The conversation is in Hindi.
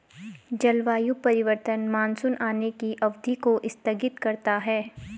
जलवायु परिवर्तन मानसून आने की अवधि को स्थगित करता है